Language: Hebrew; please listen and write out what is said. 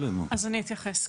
אתייחס.